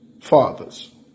fathers